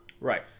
Right